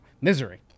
misery